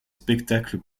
spectacles